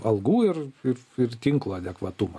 algų ir ir ir tnklo adekvatumą